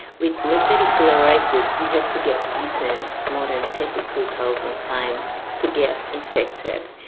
with lymphatic filariasis you have to get bitten more than thirty two thousand times to get infected.